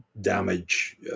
damage